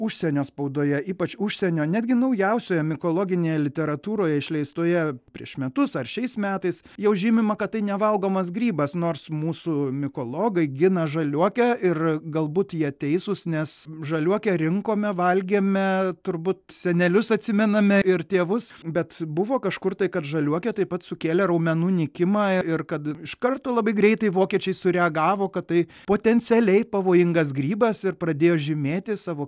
užsienio spaudoje ypač užsienio netgi naujausioje mikologinėje literatūroje išleistoje prieš metus ar šiais metais jau žymima kad tai nevalgomas grybas nors mūsų mikologai gina žaliuokę ir galbūt jie teisūs nes žaliuokę rinkome valgėme turbūt senelius atsimename ir tėvus bet buvo kažkur tai kad žaliuokė taip pat sukėlė raumenų nykimą ir kad iš karto labai greitai vokiečiai sureagavo kad tai potencialiai pavojingas grybas ir pradėjo žymėti savo